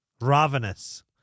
ravenous